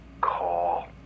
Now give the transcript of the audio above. call